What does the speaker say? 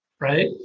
right